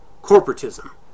Corporatism